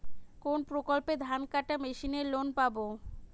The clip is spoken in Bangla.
কোন প্রকল্পে ধানকাটা মেশিনের লোন পাব?